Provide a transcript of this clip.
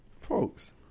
Folks